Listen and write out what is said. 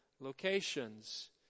locations